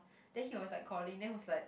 then he was like calling then was like